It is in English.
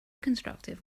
constructive